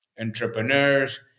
entrepreneurs